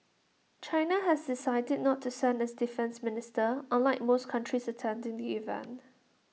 China has decided not to send its defence minister unlike most countries attending the event